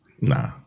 Nah